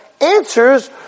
answers